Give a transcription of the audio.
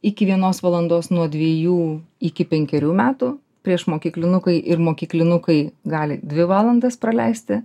iki vienos valandos nuo dvejų iki penkerių metų priešmokyklinukai ir mokyklinukai gali dvi valandas praleisti